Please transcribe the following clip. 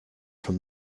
from